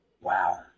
Wow